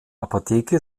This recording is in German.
apotheke